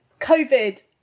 COVID